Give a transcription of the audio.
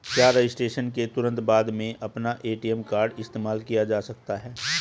क्या रजिस्ट्रेशन के तुरंत बाद में अपना ए.टी.एम कार्ड इस्तेमाल किया जा सकता है?